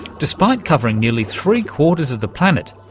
despite covering nearly three quarters of the planet,